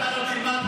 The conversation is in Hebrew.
אתה לא תלמד,